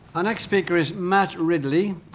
our next speaker is matt ridley.